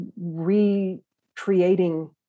recreating